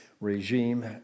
regime